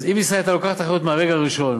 אז אם ישראל הייתה לוקחת אחריות מהרגע הראשון,